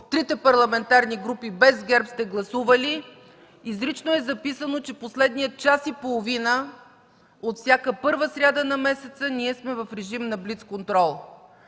трите парламентарни групи, без ГЕРБ, сте гласували, изрично е записано, че последният час и половина от всяка първа сряда на месеца ние сме в режим на блиц контрол.